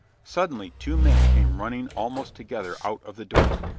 suddenly two men came running almost together out of the door,